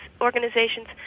organizations